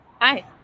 Hi